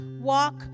Walk